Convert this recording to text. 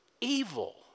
evil